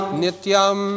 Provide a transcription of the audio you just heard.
nityam